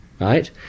right